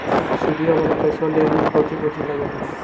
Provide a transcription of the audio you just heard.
सुदिया वाला पैसबा लेबे में कोची कोची लगहय?